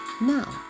now